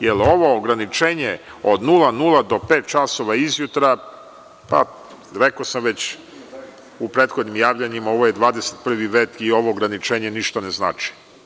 Jer, ovo ograničenje od 00,00 do 05,00 izjutra, već sam rekao u prethodnim javljanjima, ovo je 21. vek i ovo ograničenje ništa ne znači.